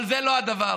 אבל זה לא הדבר.